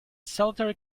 solitary